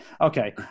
okay